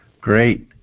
Great